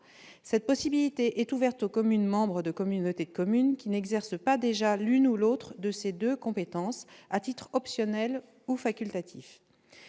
Cette possibilité est ouverte aux communes membres de communautés de communes qui n'exercent pas déjà l'une ou l'autre de ces deux compétences, à titre optionnel ou facultatif.